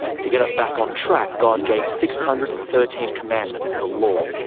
to get us back on track, god gave six hundred and thirteen commandment, the law,